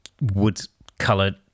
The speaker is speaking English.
wood-colored